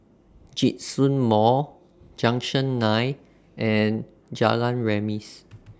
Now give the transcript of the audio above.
Djitsun Mall Junction nine and Jalan Remis